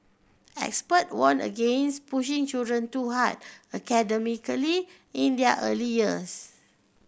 expert warned against pushing children too hard academically in their early years